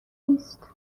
نیست